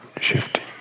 shifting